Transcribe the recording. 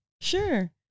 Sure